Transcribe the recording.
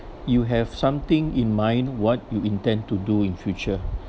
you have something in mind what you intend to do in future